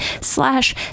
slash